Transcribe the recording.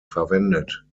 verwendet